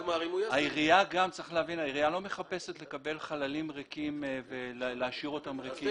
העירייה לא מחפשת לקבל חללים ריקים ולהשאיר אותם ריקים.